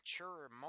mature